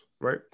right